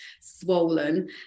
swollen